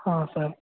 ହଁ ସାର୍